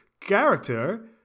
character